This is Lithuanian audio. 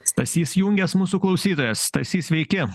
stasys jungias mūsų klausytojas stasy sveiki